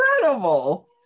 incredible